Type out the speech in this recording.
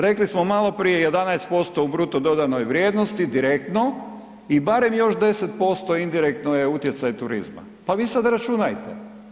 Rekli smo maloprije 11% u bruto dodanoj vrijednosti direktno i barem još 10% indirektno je utjecaj turizma, pa vi sad računajte.